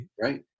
Right